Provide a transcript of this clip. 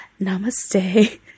Namaste